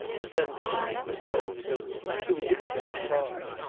but, then, clay was cold, too. he was even a bit hard.